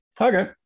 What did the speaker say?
Okay